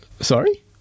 Sorry